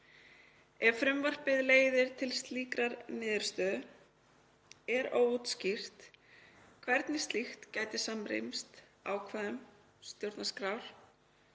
Ef frumvarpið leiðir til slíkrar niðurstöðu er óútskýrt hvernig slíkt gæti samrýmst ákvæðum stjórnarskrár,